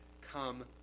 Come